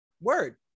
word